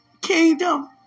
kingdom